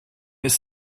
ist